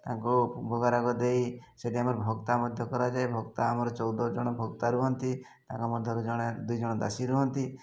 ତାଙ୍କୁ ଭୋଗରାଗ ଦେଇ ସେଠି ଆମର ଭକ୍ତା ମଧ୍ୟ କରାଯାଏ ଭକ୍ତା ଆମର ଚଉଦ ଜଣ ଭକ୍ତା ରୁହନ୍ତି ତାଙ୍କ ମଧ୍ୟରୁ ଜଣେ ଦୁଇ ଜଣ ଦାସି ରୁହନ୍ତି